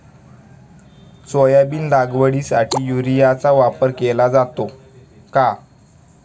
Soybean लागवडीसाठी युरियाचा वापर केला जातो का?